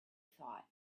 thought